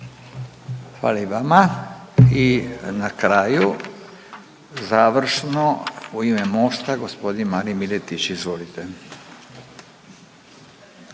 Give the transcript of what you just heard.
Hvala i vama. I na kraju završno u ime MOST-a gospodin Marin Miletić. Izvolite.